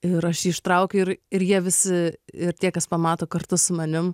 ir aš jį ištraukiu ir ir jie visi ir tie kas pamato kartu su manim